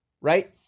right